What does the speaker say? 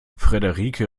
friederike